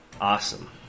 Awesome